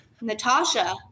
Natasha